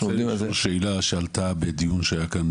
אני רוצה לשאול שאלה שעלתה בדיון שהיה כאן